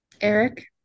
eric